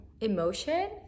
emotion